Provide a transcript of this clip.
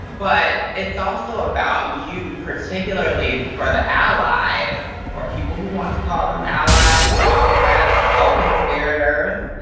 but it's also about you particularly for the allies, or people who want to call them allies, or comrades, or co-conspirators,